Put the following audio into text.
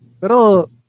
Pero